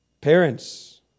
Parents